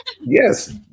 Yes